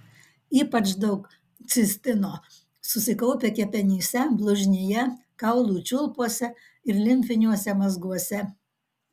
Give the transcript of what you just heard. ypač daug cistino susikaupia kepenyse blužnyje kaulų čiulpuose ir limfiniuose mazguose